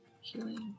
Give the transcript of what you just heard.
Healing